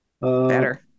better